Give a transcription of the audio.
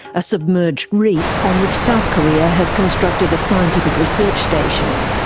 a submerged reef on which south korea has constructed a scientific research station.